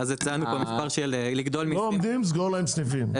לא עומדים תסגור להם סניפים,